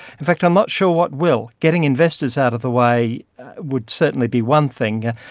in fact i'm not sure what will. getting investors out of the way would certainly be one thing.